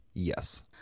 Yes